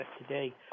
today